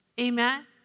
Amen